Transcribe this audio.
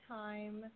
time